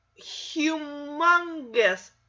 humongous